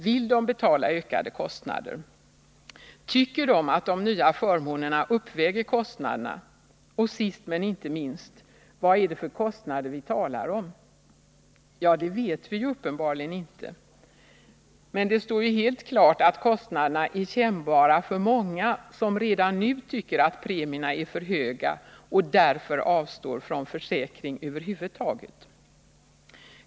Vill de betala ökade kostnader? Tycker de att de nya förmånerna uppväger kostnaderna? Och sist, men inte minst: Vad är det för kostnader vi talar om? Ja, det vet vi ju uppenbarligen inte — men det står helt klart att kostnaderna är kännbara för många som redan nu tycker att premierna är för höga och därför avstår från försäkring över huvud taget.